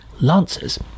lancers